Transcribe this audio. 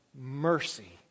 mercy